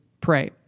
pray